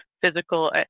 physical